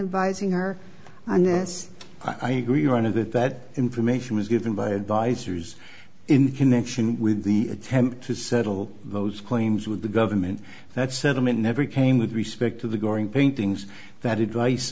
inviting her on this i agree your honor that that information was given by advisors in connection with the attempt to settle those claims with the government that settlement never came with respect to the goring paintings that advice